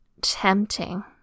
Tempting